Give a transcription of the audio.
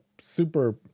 super